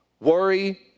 worry